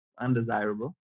undesirable